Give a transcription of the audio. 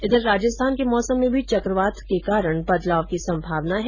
इधर राजस्थान के मौसम में भी चक्रवात वायु के कारण बदलाव की संभावना है